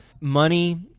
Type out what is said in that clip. money